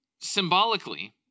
symbolically